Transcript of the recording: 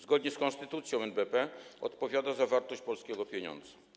Zgodnie z konstytucją NBP odpowiada za wartość polskiego pieniądza.